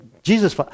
Jesus